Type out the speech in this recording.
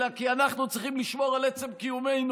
אלא כי אנחנו צריכים לשמור על עצם קיומנו